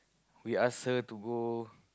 we ask her to go